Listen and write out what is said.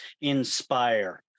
inspire